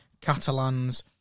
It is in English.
Catalans